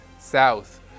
south